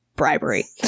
Bribery